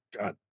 God